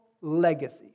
legacy